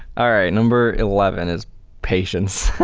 all right. number eleven is patience.